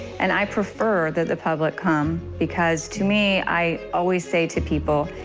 and i prefer that the public come. because to me, i always say to people,